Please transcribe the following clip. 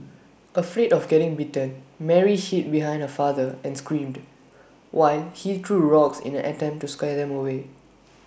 afraid of getting bitten Mary hid behind her father and screamed while he threw rocks in an attempt to scare them away